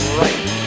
right